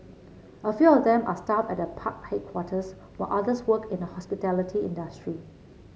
a few of them are staff at the park headquarters while others work in the hospitality industry